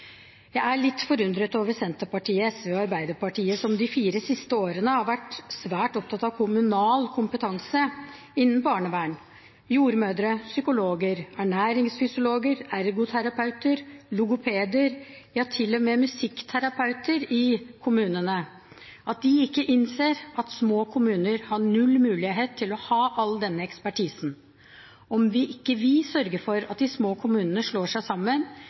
Jeg er litt forundret over Senterpartiet, SV og Arbeiderpartiet, som de fire siste årene har vært så opptatt av kommunal kompetanse når det gjelder barnevernet, jordmødre, psykologer, ernæringsfysiologer, ergoterapeuter, logopeder og til og med musikkterapeuter i kommunene, at de ikke innser at små kommuner har null mulighet til å ha all denne ekspertisen. Om vi ikke sørger for at de små kommunene slår seg sammen,